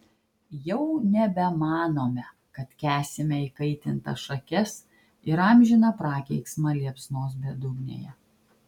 jau nebemanome kad kęsime įkaitintas šakes ir amžiną prakeiksmą liepsnos bedugnėje